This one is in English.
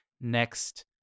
next